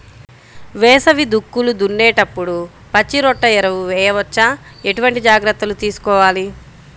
వేసవి దుక్కులు దున్నేప్పుడు పచ్చిరొట్ట ఎరువు వేయవచ్చా? ఎటువంటి జాగ్రత్తలు తీసుకోవాలి?